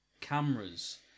cameras